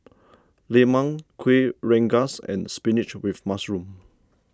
Lemang Kueh Rengas and Spinach with Mushroom